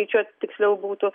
gal taip skaičiuot tiksliau būtų